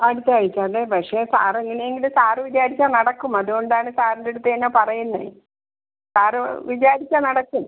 അടുത്ത ആഴ്ച്ചയല്ലേ പക്ഷേ സാറ് എങ്ങനെയെങ്കിലും സാറ് വിചാരിച്ചാൽ നടക്കും അത്കൊണ്ടാണ് സാറിൻ്റെടുത്ത് തന്നെ പറയുന്നത് സാറ് വിചാരിച്ചാൽ നടക്കും